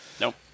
Nope